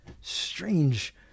Strange